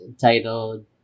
titled